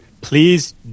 please